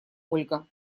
ольга